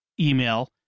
email